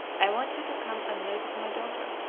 i want you to come and live with my daughter,